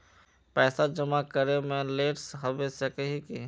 पैसा जमा करे में लेट होबे सके है की?